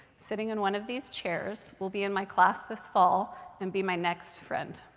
sitting in one of these chairs, will be in my class this fall and be my next friend.